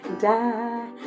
die